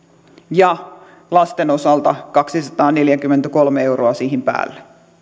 ja lasten osalta kaksisataaneljäkymmentäkolme euroa siihen päälle